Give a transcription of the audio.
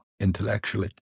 Intellectually